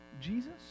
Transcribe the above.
Jesus